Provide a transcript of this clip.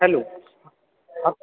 hello